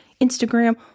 Instagram